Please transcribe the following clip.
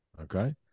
okay